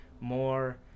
more